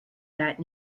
that